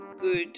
good